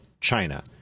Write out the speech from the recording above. China